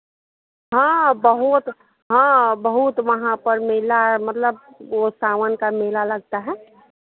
हाँ बहुत हाँ बहुत वहाँ पर मेला मतलब वो सावन का मेला लगता है